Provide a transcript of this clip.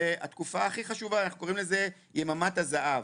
והתקופה הכי חשובה, אנחנו קוראים לזה יממת הזהב.